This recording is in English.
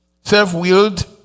Self-willed